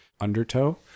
Undertow